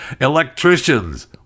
Electricians